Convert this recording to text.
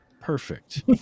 perfect